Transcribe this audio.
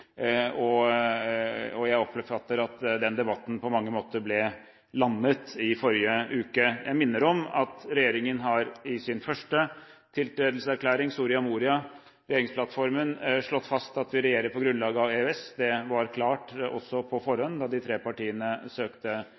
inngåtte avtaler. Jeg oppfatter det slik at denne debatten på mange måter ble landet i forrige uke. Jeg minner om at regjeringen slår fast i sin første tiltredelseserklæring, Soria Moria-regjeringsplattformen, at vi regjerer på grunnlag av EØS. Det var klart også på forhånd, da de tre partiene søkte